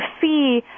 see